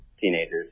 teenagers